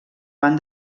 van